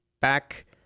back